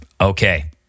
okay